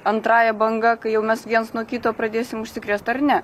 antrąja banga kai jau mes viens nuo kito pradėsim užsikrėst ar ne